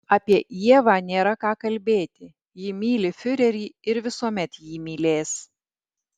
apie ievą nėra ką kalbėti ji myli fiurerį ir visuomet jį mylės